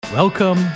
Welcome